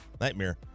Nightmare